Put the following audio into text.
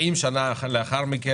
האם שנה לאחר מכן,